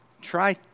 Try